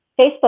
Facebook